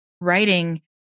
writing